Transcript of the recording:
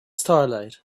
starlight